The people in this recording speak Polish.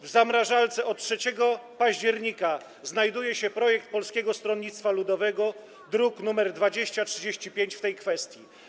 W zamrażarce od 3 października znajduje się projekt Polskiego Stronnictwa Ludowego, druk nr 2035, w tej kwestii.